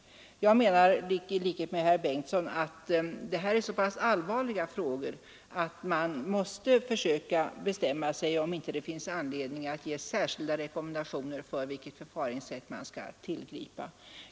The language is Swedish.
Jag menar, i likhet med herr Bengtsson i Göteborg, att detta är så allvarliga frågor att man måste överväga, om det inte finns anledning att lämna särskilda rekommendationer för vilket förfaringssätt som skall tillgripas.